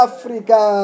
Africa